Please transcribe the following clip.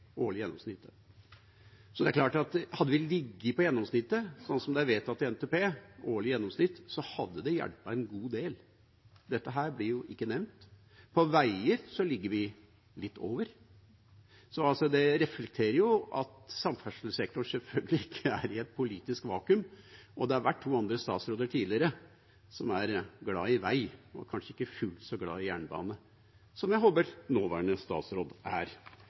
Hadde vi ligget på det årlige gjennomsnittet, som er vedtatt i NTP, hadde det hjulpet en god del. Dette blir jo ikke nevnt. På veier ligger vi litt over. Det reflekterer at samferdselssektoren selvfølgelig ikke er i et politisk vakuum. Det har vært to andre statsråder tidligere som er glad i vei, og kanskje ikke fullt så glad i jernbane som jeg håper nåværende statsråd er.